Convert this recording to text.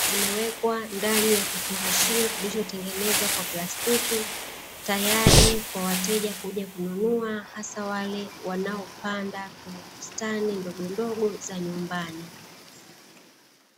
zimewekwa ndani ya kifungashio kilichotengenezwa kwa plastiki, tayari kwa wateja kuja kununua hasa wale wanaopanda kwenye bustani ndogondogo za nyumbani.